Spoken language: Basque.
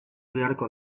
beharko